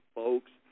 folks